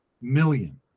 million